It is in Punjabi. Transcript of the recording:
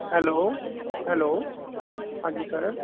ਹੈਲੋ ਹੈਲੋ ਹਾਂਜੀ ਸਰ